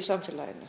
í samfélaginu.